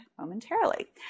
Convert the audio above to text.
momentarily